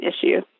issue